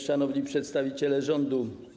Szanowni Przedstawiciele Rządu!